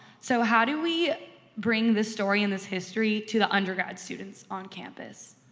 so how do we bring this story and this history to the undergrad students on campus?